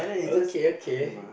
okay okay